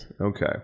Okay